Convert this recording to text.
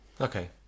Okay